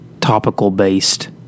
topical-based